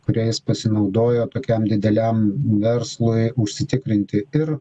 kuriais jis pasinaudojo tokiam dideliam verslui užsitikrinti ir